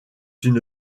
une